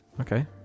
Okay